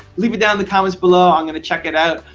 leave it down in the comments below. i'm going to check it out.